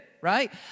right